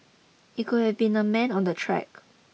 it could have been a man on the track